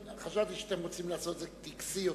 חשבתי שאתם רוצים לעשות את זה טקסי יותר,